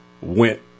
went